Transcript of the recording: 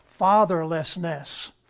Fatherlessness